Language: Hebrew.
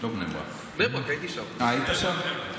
הייתי שם.